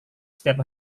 setiap